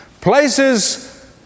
places